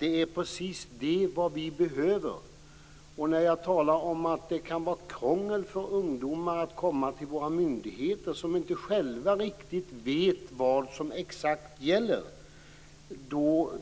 Det är precis det som vi behöver. Det kan vara krångel för ungdomar att komma till myndigheterna när myndigheterna själva inte vet exakt vad som gäller.